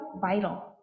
vital